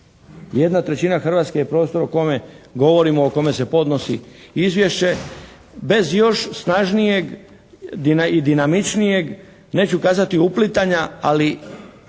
Hrvatske. 1/3 Hrvatske je prostor o kome govorimo, o kome se podnosi izvješće bez još snažnijeg i dinamičnijeg, neću kazati uplitanja, ali